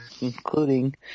including